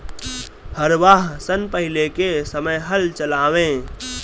हरवाह सन पहिले के समय हल चलावें